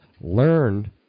Learn